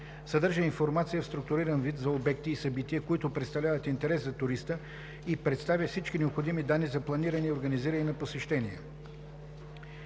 съдържа информация в структуриран вид за обекти и събития, които представляват интерес за туриста, и представя всички необходими данни за планиране и организиране на посещение.